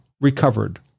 recovered